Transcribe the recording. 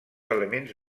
elements